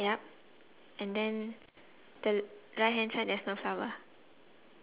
there's a couple and below that the couple it's a difference